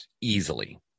easily